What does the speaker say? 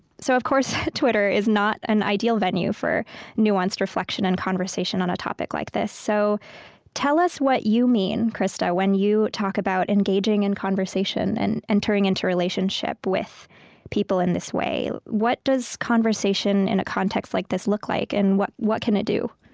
so of course, twitter is not an ideal venue for nuanced reflection and conversation on a topic like this. so tell us what you mean, krista, when you talk about engaging in and conversation and entering into relationship with people in this way. what does conversation in a context like this look like? and what what can it do?